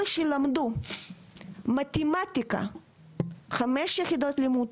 אלה שלמדו מתמטיקה חמש יחידות לימוד,